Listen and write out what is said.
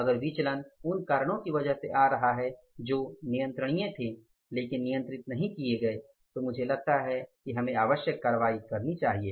अगर विचलन उन कारणों की वजह से आ रही है जो नियंत्रणीय थे लेकिन नियंत्रित नहीं किये गए तो मुझे लगता है कि हमें आवश्यक कार्रवाई करनी चाहिए